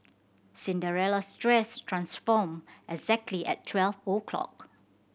Cinderella's dress transformed exactly at twelve o'clock